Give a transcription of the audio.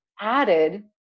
added